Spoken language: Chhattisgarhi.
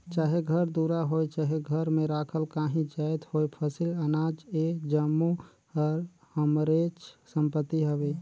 चाहे घर दुरा होए चहे घर में राखल काहीं जाएत होए फसिल, अनाज ए जम्मो हर हमरेच संपत्ति हवे